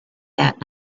that